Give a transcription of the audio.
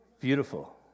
Beautiful